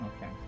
Okay